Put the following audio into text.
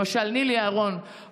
למשל נילי אהרון,